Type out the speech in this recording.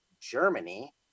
Germany